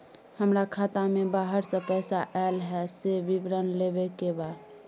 हमरा खाता में बाहर से पैसा ऐल है, से विवरण लेबे के बा?